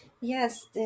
Yes